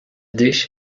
dish